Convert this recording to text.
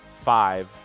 five